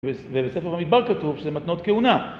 ובספר במדבר כתוב שזה מתנות כהונה